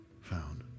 found